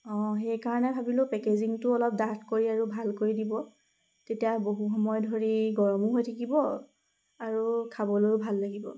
অঁ সেইকাৰণে ভাবিলো পেকেজিঙটো অলপ ডাঠ কৰি আৰু ভাল কৰি দিব তেতিয়া বহু সময় ধৰি গৰমো হৈ থাকিব আৰু খাবলৈয়ো ভাল লাগিব